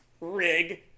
Rig